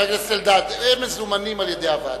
לא, חבר הכנסת אלדד, הם מוזמנים על-ידי הוועדה.